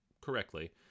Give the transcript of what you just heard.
correctly